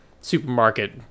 supermarket